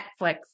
Netflix